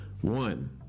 one